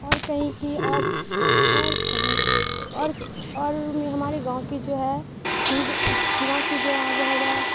اور کہیں کی اور اور کہاں کی اور اور ہمارے گاؤں کی جو ہے ہندو گاؤں کی جو آب و ہوا